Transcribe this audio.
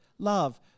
Love